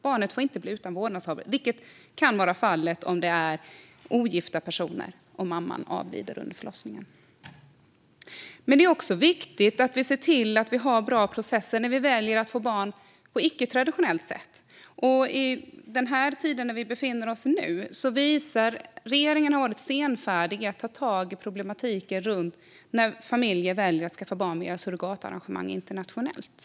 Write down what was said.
Barnet får inte bli utan vårdnadshavare, vilket kan bli fallet om det är ogifta personer och mamman avlider under förlossningen. Det är också viktigt att vi ser till att vi har bra processer för dem som väljer att få barn på icke-traditionellt sätt. I den tid vi nu befinner oss i har regeringen varit senfärdig med att ta tag i problematiken runt familjer som väljer att skaffa barn via surrogatarrangemang internationellt.